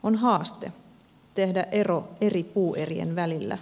on haaste tehdä ero eri puuerien välillä